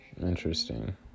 Interesting